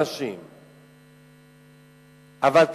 מדובר באדמה,